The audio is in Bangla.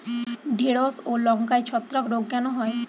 ঢ্যেড়স ও লঙ্কায় ছত্রাক রোগ কেন হয়?